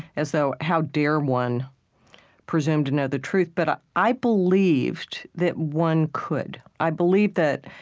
as though, how dare one presume to know the truth? but ah i believed that one could. i believed that